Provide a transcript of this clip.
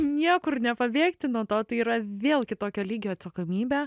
niekur nepabėgti nuo to tai yra vėl kitokio lygio atsakomybė